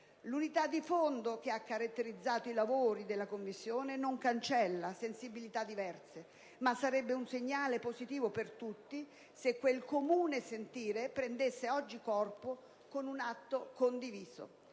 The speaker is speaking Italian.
L'unità di fondo che ha caratterizzato i lavori della Commissione non cancella sensibilità diverse, ma sarebbe un segnale positivo per tutti se quel comune sentire prendesse oggi corpo con un atto condiviso.